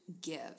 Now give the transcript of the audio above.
give